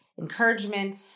encouragement